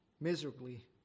miserably